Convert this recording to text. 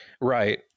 Right